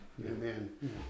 Amen